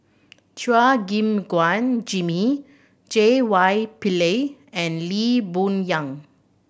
Chua Gim Guan Jimmy J Y Pillay and Lee Boon Yang